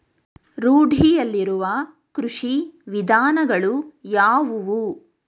ರೂಢಿಯಲ್ಲಿರುವ ಕೃಷಿ ವಿಧಾನಗಳು ಯಾವುವು?